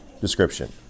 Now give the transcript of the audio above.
Description